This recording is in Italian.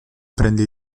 prende